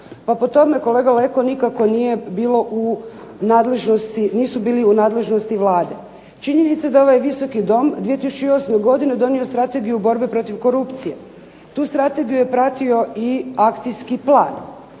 Pa po tome kolega Leko nikako nisu bili u nadležnosti Vlade. Činjenica da ovaj Visoki dom 2008. godine donio Strategiju borbe protiv korupcije. Tu strategiju je pratio i akcijski plan.